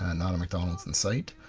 ah not a mcdonalds in sight.